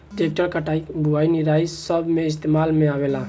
tractor कटाई, बुवाई, निराई सब मे इस्तेमाल में आवेला